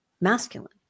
masculine